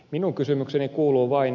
minun kysymykseni kuuluu vain